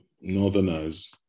Northerners